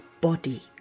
body